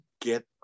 get